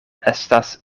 estas